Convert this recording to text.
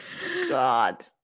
God